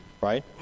right